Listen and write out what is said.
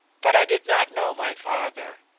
but i did not know my father.